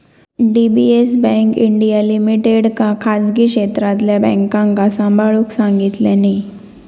DBS bank India लिमिटेडका खासगी क्षेत्रातल्या बॅन्कांका सांभाळूक सांगितल्यानी